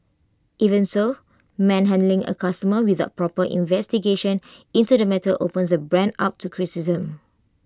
even so manhandling A customer without proper investigation into the matter opens the brand up to criticisms